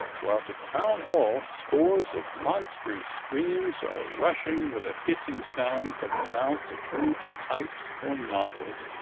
while, to crown all, scores of monster streams are rushing with a hissing sound from the mouths of huge pipes or nozzles,